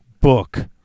book